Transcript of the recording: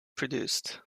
produced